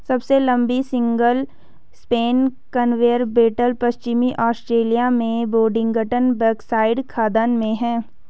सबसे लंबी single span conveyor belt पश्चिमी ऑस्ट्रेलिया में बोडिंगटन बॉक्साइट खदान में है